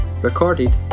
recorded